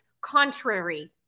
contrary